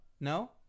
No